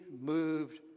moved